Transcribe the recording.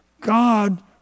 God